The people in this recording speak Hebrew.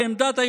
כנסת נכבדה,